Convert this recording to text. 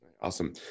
Awesome